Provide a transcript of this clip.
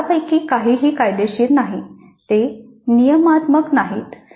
यापैकी काहीही कायदेशीर नाही ते नियमात्मक नाहीत